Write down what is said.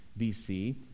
bc